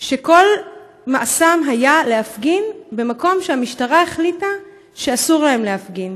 שכל מעשם היה להפגין במקום שהמשטרה החליטה שאסור להם להפגין.